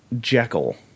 Jekyll